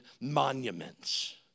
monuments